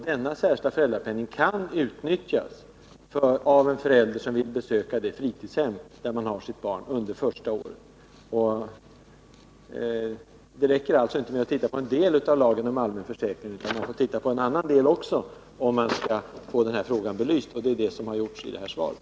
Denna särskilda föräldrapenning kan utnyttjas av den förälder som vill besöka det fritidshem där man har sitt barn under det första skolåret. Det räcker alltså inte med att bara se på en del av lagen om allmän försäkring, utan man får som framgår av svaret se på också en annan del av den, om den här frågan skall bli fullständigt belyst.